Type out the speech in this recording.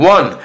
One